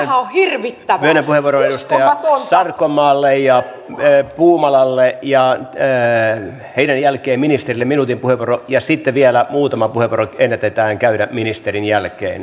nyt myönnän puheenvuoron edustaja sarkomaalle ja edustaja puumalalle ja heidän jälkeensä ministerille minuutin puheenvuoro ja sitten vielä muutama puheenvuoro ennätetään käydä ministerin jälkeen